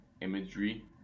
imagery